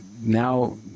now